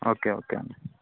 okay okay అండి